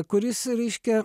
kuris reiškia